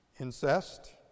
Incest